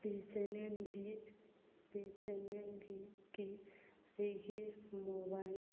B S N ꯑꯜꯒꯤ B S N ꯑꯜꯒꯤ ꯀꯤ ꯑꯩꯒꯤ ꯃꯣꯕꯥꯏꯜ